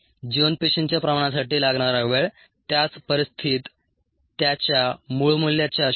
जिवंत पेशींच्या प्रमाणासाठी लागणारा वेळ त्याच परिस्थीत त्याच्या मूळ मूल्याच्या 0